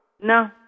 No